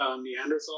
Neanderthal